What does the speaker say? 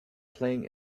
playing